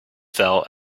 fell